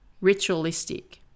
ritualistic